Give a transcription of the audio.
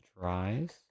dries